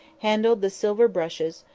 handled the silver brushes,